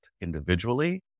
individually